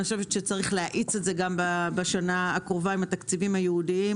יש להאיץ את זה גם בשנה הקרובה עם התקציבים הייעודיים